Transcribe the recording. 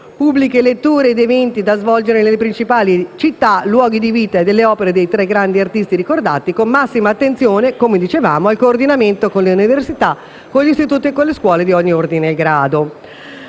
pubbliche letture ed eventi da svolgere nelle principali città e nei luoghi di vita e delle opere dei tre grandi artisti ricordati, con la massima attenzione, come dicevamo, al coordinamento con le università, con gli istituti e con le scuole di ogni ordine e grado.